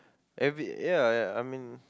every ya ya I mean